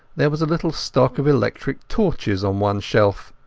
there was a little stock of electric torches on one shelf.